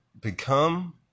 become